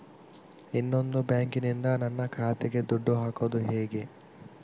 ಇನ್ನೊಂದು ಬ್ಯಾಂಕಿನಿಂದ ನನ್ನ ಖಾತೆಗೆ ದುಡ್ಡು ಹಾಕೋದು ಹೇಗೆ?